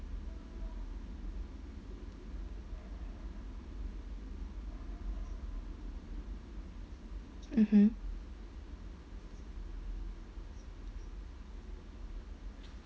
mmhmm